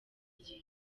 gihe